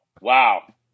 Wow